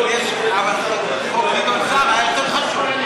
אבל חוק גדעון סער היה יותר חשוב.